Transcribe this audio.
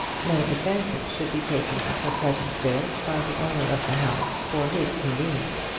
no advantage should be taken of her presence there by the owner of the house for his convenience.